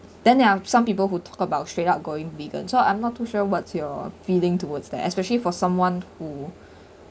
then there are some people who talk about straight up going vegan so I'm not too sure what's your feeling towards that especially for someone who